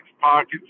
pockets